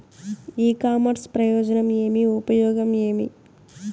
ఇ commerce ప్రయోజనం ఏమి? ఉపయోగం ఏమి?